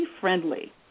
friendly